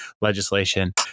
legislation